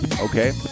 okay